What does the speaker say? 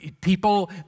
people